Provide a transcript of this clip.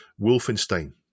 Wolfenstein